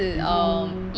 Nikko